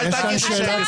אל תגיד שאין לי זכות.